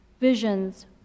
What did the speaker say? Visions